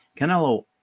Canelo